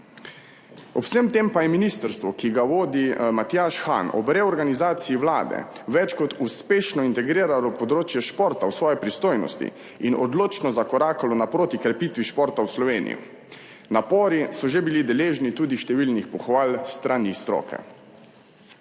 Ob vsem tem pa je ministrstvo, ki ga vodi Matjaž Han, ob reorganizaciji vlade več kot uspešno integriralo področje športa v svoji pristojnosti in odločno zakorakalo naproti krepitvi športa v Sloveniji. Napori so že bili deležni tudi številnih pohval s strani stroke.